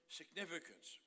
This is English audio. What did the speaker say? significance